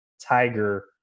Tiger